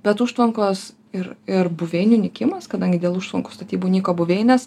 bet užtvankos ir ir buveinių nykimas kadangi dėl užtvankų statybų nyko buveinės